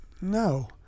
no